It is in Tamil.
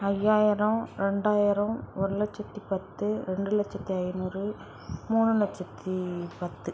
ஐயாயிரம் ரெண்டாயிரம் ஒரு லட்சத்து பத்து ரெண்டு லட்சத்து ஐநூறு மூணு லட்சத்து பத்து